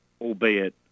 albeit